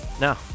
Now